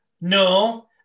no